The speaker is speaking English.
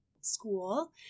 school